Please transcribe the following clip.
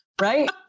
Right